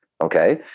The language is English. Okay